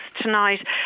tonight